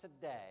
today